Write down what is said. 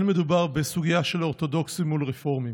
אין מדובר בסוגיה של אורתודוקסים מול רפורמים.